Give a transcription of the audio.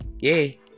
yay